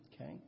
Okay